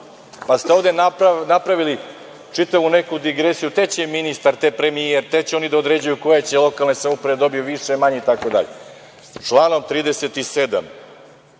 pa ste ovde napravili čitavu neku digresiju te će ministar, te premijer, te će oni da određuju koje će lokalne samouprave da dobiju više, manje itd. Član 37.